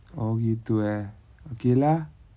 oh gitu eh okay lah